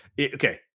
okay